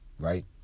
Right